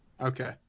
Okay